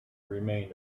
remain